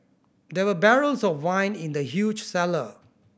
there were barrels of wine in the huge cellar